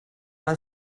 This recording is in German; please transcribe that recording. mal